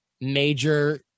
major